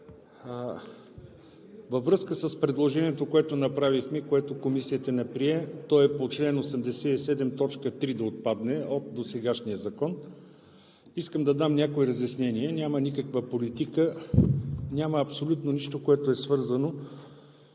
Във връзка с предложението, което направихме и което Комисията не прие – в чл. 87 т. 3 от досегашния закон да отпадне, искам да дам някои разяснения. Няма никаква политика, няма абсолютно нищо, което е свързано